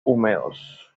húmedos